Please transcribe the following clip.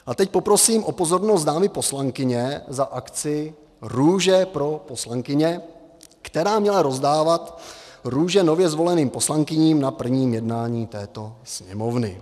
A teď poprosím o pozornost dámy poslankyně: za akci Růže pro poslankyně, která měla rozdávat růže nově zvoleným poslankyním na prvním jednání této Sněmovny.